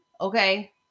okay